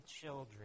children